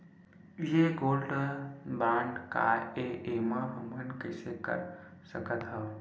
ये gold bond काय ए एमा हमन कइसे कर सकत हव?